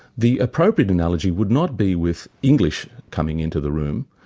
the appropriate analogy would not be with english coming into the room,